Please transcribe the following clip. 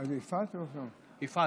שרת